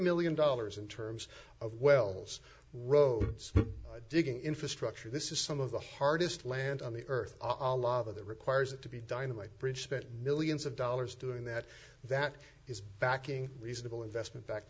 million dollars in terms of wells roads digging infrastructure this is some of the hardest land on the earth a law that requires it to be dynamite bridge spent millions of dollars doing that that is backing reasonable investment back